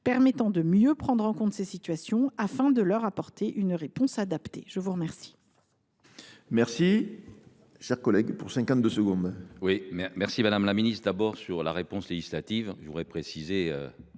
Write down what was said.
permettant de mieux prendre en compte ces situations, afin de leur apporter une réponse adaptée. La parole